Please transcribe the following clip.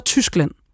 Tyskland